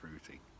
fruity